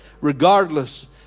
regardless